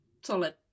Solid